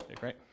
right